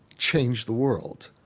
changed the world.